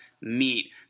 meet